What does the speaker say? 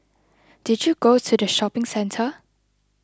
did you go to the shopping centre